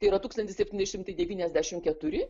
tai yra tūkstantis septyni šimtai devyniasdešimt keturi